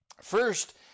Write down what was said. First